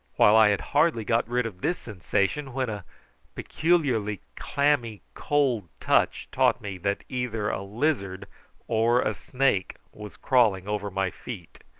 while i had hardly got rid of this sensation when a peculiarly clammy cold touch taught me that either a lizard or a snake was crawling over my feet.